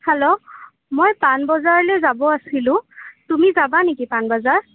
hello মই পাণবজাৰলৈ যাব আছিলোঁ তুমি যাবা নেকি পাণবজাৰ